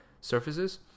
surfaces